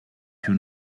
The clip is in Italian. più